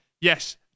yes